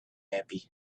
happy